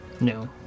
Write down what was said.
No